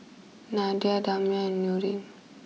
Nadia Damia and Nurin